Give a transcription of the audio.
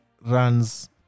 runs